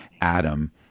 Adam